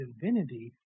divinity